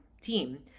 team